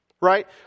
right